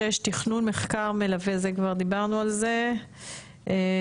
שש, תכנון מחקר מלווה, דיברנו על זה כבר.